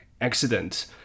accident